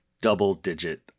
double-digit